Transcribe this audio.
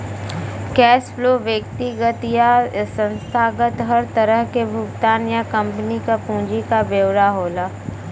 cash flow व्यक्तिगत या संस्थागत हर तरह क भुगतान या कम्पनी क पूंजी क ब्यौरा होला